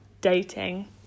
dating